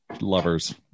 lovers